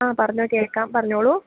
ആ പറഞ്ഞോളൂ കേൾക്കാം പറഞ്ഞോളൂ